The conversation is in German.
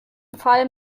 fall